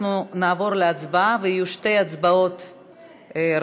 אנחנו נעבור להצבעה, ויהיו שתי הצבעות רצופות.